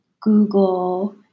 Google